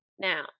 Now